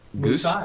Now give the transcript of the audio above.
goose